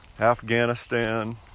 Afghanistan